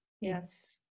Yes